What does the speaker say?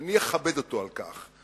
אני אכבד אותו על כך.